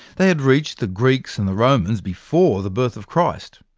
they had reached the greeks and the romans before the birth of christ,